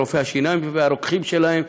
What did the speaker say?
רופאי השיניים והרוקחים שבהם,